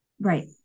Right